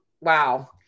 wow